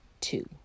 two